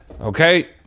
Okay